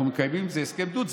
אנחנו מקיימים, זה הסכם דו-צדדי.